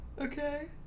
Okay